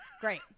Great